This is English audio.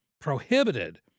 prohibited